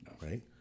Right